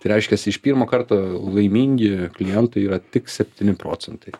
tai reiškiasi iš pirmo karto laimingi klientai yra tik septyni procentai